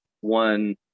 one